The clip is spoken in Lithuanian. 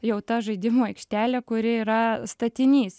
jau ta žaidimų aikštelė kuri yra statinys